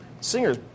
Singer's